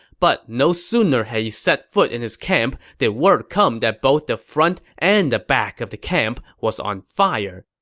but no sooner had he set foot in his camp did word come that both the front and the back of the camp was on fire.